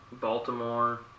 Baltimore